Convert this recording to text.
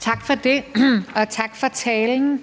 Tak for det. Og tak for talen.